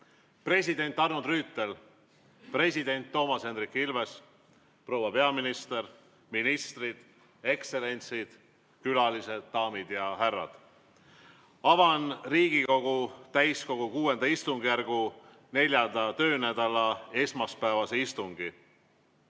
President Arnold Rüütel! President Toomas Hendrik Ilves! Proua peaminister! Ministrid, ekstsellentsid, külalised, daamid ja härrad! Avan Riigikogu täiskogu VI istungjärgu 4. töönädala esmaspäevase istungi.